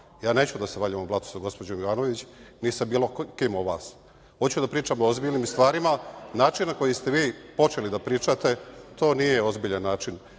Ja neću da se valjam u blatu sa gospođom Jovanović ni sa bilo kim od vas. Hoću da pričam o ozbiljnim stvarima. Način na koji ste vi počeli da pričate to nije ozbiljan način.